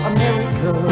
America